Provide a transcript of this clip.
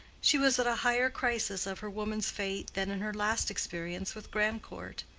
she was at a higher crisis of her woman's fate than in her last experience with grandcourt.